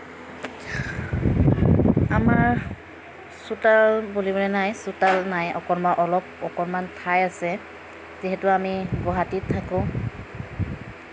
আমাৰ চোতাল বুলিবলে নাই চোতাল নাই অলপ অকণমান ঠাই আছে যিহেতু আমি গুৱাহাটীত থাকোঁ